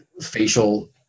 facial